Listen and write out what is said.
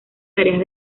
tareas